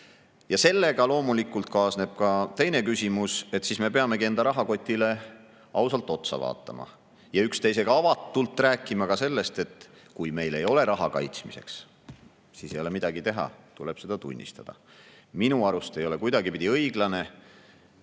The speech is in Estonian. on. Sellega loomulikult kaasneb teine küsimus: me peame ausalt enda rahakotti vaatama ja üksteisega avatult rääkima ka sellest, et kui meil ei ole raha kaitsmiseks, siis ei ole midagi teha ja tuleb seda tunnistada. Minu arust ei ole kuidagipidi õiglane,